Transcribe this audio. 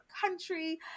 country